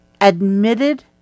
admitted